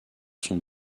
sont